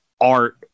art